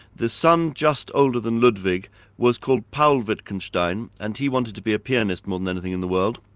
the son just older than ludwig was called paul wittgenstein and he wanted to be a pianist more than anything in the world,